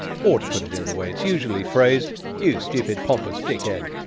or, to put it in the way it's usually phrased you stupid pompous dickhead.